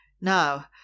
Now